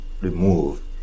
remove